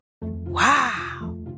Wow